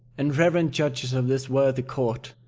and reverent judges of this worthy court,